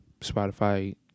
Spotify